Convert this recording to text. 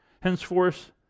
Henceforth